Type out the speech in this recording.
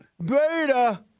Beta